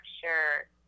sure